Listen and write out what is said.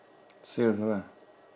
chef lah